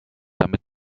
damit